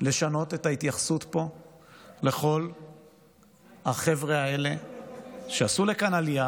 לשנות את ההתייחסות פה לכל החבר'ה האלה שעשו עלייה